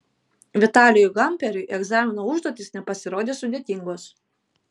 vitalijui gamperiui egzamino užduotys nepasirodė sudėtingos